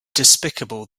despicable